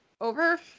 over